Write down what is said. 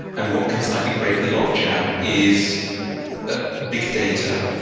and what can slightly break the logjam is ah big data,